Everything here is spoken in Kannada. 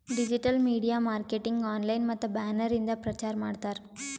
ಡಿಜಿಟಲ್ ಮೀಡಿಯಾ ಮಾರ್ಕೆಟಿಂಗ್ ಆನ್ಲೈನ್ ಮತ್ತ ಬ್ಯಾನರ್ ಇಂದ ಪ್ರಚಾರ್ ಮಾಡ್ತಾರ್